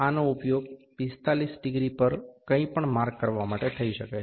આનો ઉપયોગ 45 ડિગ્રી પર કંઈ પણ માર્ક કરવા માટે થઈ શકે છે